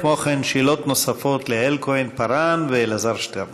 כמו כן, שאלות נוספות ליעל כהן-פארן ואלעזר שטרן.